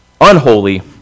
unholy